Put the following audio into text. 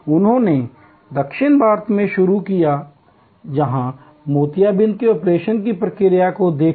उन्होंने दक्षिण भारत में शुरू किया जहां मोतियाबिंद के ऑपरेशन की प्रक्रिया को देखकर